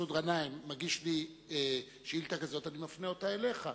כשמסעוד גנאים מגיש לי שאילתא כזאת אני מפנה אותה אליך,